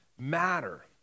matter